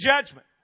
judgment